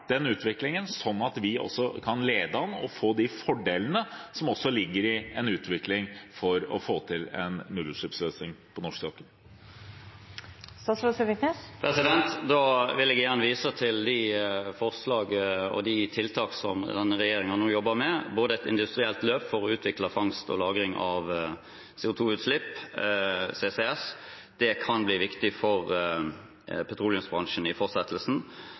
den utviklingen, slik at vi kan lede an og få de fordelene som ligger i en utvikling, for å få til en nullutslippsløsning på norsk sokkel? Da vil jeg gjerne vise til de forslagene og de tiltakene som denne regjeringen nå jobber med. Et industrielt løp for å utvikle fangst og lagring av CO2-utslipp, CCS, kan bli viktig for petroleumsbransjen i fortsettelsen.